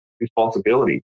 responsibility